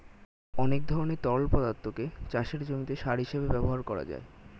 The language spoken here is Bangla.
অনেক ধরনের তরল পদার্থকে চাষের জমিতে সার হিসেবে ব্যবহার করা যায়